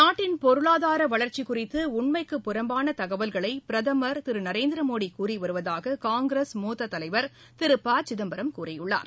நாட்டின் பொருளாதார வளர்ச்சி குறித்து உண்மைக்கு புறம்பான தகவல்களை பிரதமர் திரு நரேந்திர மோடி கூறி வருவதாக காங்கிரஸ் மூத்த தலைவர் திரு ப சிதம்பரம் கூறியுள்ளார்